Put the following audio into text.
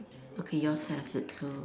okay yours has it too